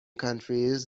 countries